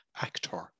actor